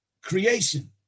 creation